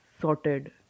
sorted